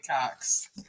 cox